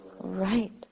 Right